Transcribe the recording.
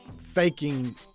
faking